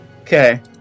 Okay